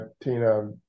Tina